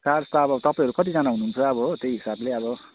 charge त अब तपाईँहरू कतिजना हुनुहुन्छ अब हो त्यही हिसाबले अब